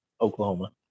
Oklahoma